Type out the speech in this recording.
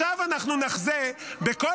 --- זמן מלחמה --- עכשיו אנחנו נחזה בכל